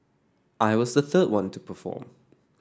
I was the third one to perform